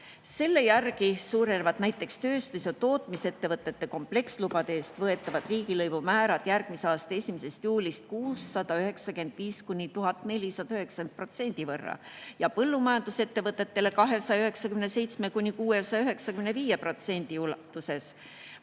"Selle järgi suureneksid näiteks tööstus- ja tootmisettevõtete komplekslubade eest võetavad riigilõivumäärad järgmise aasta 1. juulist 695–1490% võrra ja põllumajandusettevõtetele 297–695%. Kui täna